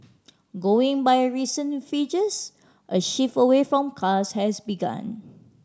going by recent figures a shift away from cars has begun